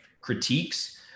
critiques